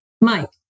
Mike